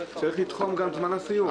צריך גם לתחום את זמן הסיום.